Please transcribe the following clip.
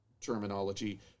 terminology